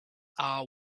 are